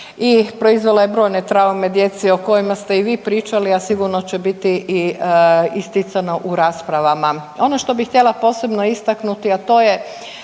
i proizvela je brojne traume djece o kojima ste i vi pričali, a sigurno će i biti isticano u raspravama. Ono što bi htjela posebno istaknuti, a to da